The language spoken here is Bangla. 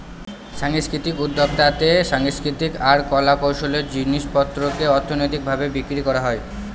সাংস্কৃতিক উদ্যক্তাতে সাংস্কৃতিক আর কলা কৌশলের জিনিস পত্রকে অর্থনৈতিক ভাবে বিক্রি করা হয়